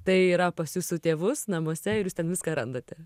tai yra pas jūsų tėvus namuose ir jūs ten viską randate